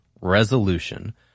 Resolution